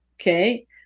okay